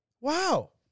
wow